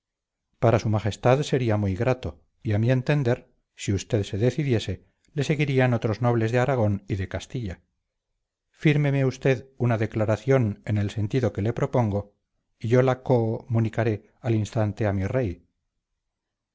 para s m sería muy grato y a mi entender si usted se decidiese le seguirían otros nobles de aragón y de castilla fírmeme usted una declaración en el sentido que le propongo y yo la co municaré al instante a mi rey